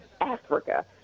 Africa